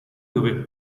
dove